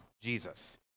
Jesus